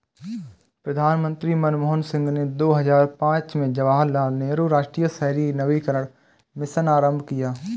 प्रधानमंत्री मनमोहन सिंह ने दो हजार पांच में जवाहरलाल नेहरू राष्ट्रीय शहरी नवीकरण मिशन आरंभ किया